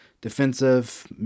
defensive